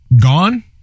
gone